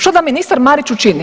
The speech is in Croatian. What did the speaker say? Što da ministar Marić učini?